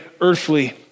earthly